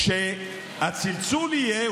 כשהצלצול יהיה,